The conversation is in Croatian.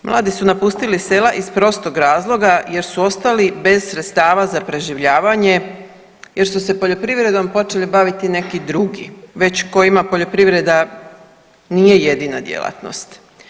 Mladi su napustili sela iz prostog razloga jer su ostali bez sredstava za preživljavanje jer su se poljoprivredom počeli baviti neki drugi, već kojima poljoprivreda nije jedina djelatnost.